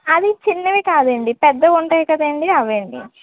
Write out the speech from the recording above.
అవి చిన్నవి కాదండి పెద్దవి ఉంటాయి కదండీ అవండి